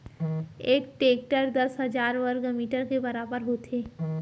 एक हेक्टर दस हजार वर्ग मीटर के बराबर होथे